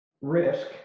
risk